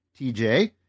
TJ